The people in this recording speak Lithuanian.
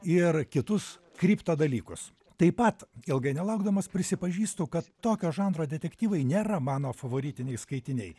ir kitus kripto dalykus taip pat ilgai nelaukdamas prisipažįstu kad tokio žanro detektyvai nėra mano favoritiniai skaitiniai